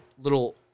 little